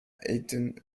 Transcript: hätten